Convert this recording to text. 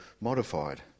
modified